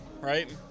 right